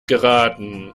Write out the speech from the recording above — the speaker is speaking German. geraten